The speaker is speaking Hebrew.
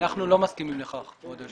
אנחנו לא מסכימים לכך, כבוד היושב ראש.